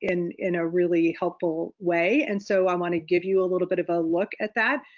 in in a really helpful way. and so i wanna give you a little bit of a look at that.